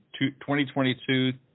2022